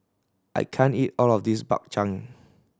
I can't eat all of this Bak Chang